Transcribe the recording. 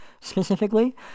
specifically